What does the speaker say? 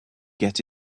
get